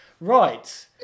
Right